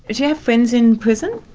do you have friends in prison?